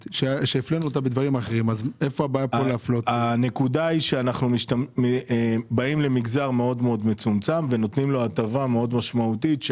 אנחנו באים למגזר מאוד מצומצם ונותנים לו הטבה מאוד משמעותית.